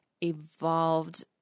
evolved